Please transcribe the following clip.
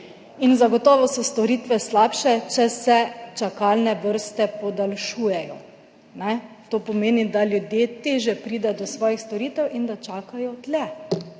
Zagotovo so storitve slabše, če se čakalne vrste podaljšujejo. To pomeni, da ljudje težje pridejo do svojih storitev in da čakajo dlje.